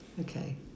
Okay